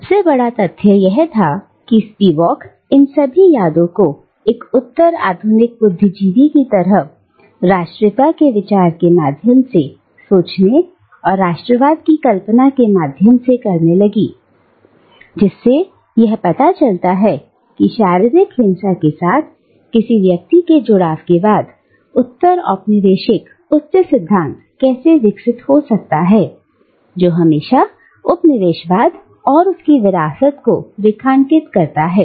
सबसे बड़ा तथ्य यह था कि स्पिवाक इन सभी यादों को एक उत्तर आधुनिक बुद्धिजीवी की तरह राष्ट्रीयता के विचार के माध्यम से सोचने और राष्ट्रवाद की कल्पना के माध्यम से करने लगी जिससे यह पता चलता है कि शारीरिक हिंसा के साथ किसी व्यक्ति के जुड़ाव के बाद उत्तर औपनिवेशिक उच्च सिद्धांत कैसे विकसित हो सकता है जो हमेशा उपनिवेशवाद और उसकी विरासत को रेखांकित करता है